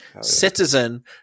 Citizen